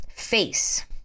face